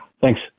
Thanks